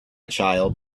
child